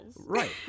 Right